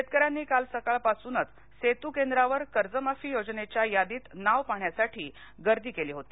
शेतकऱ्यांनी काल सकाळपासूनच सेतू केंद्रावर कर्जमाफी योजनेच्या यादीत नाव पाहण्यासाठी गर्दी केली होती